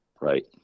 Right